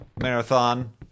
Marathon